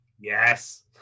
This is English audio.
Yes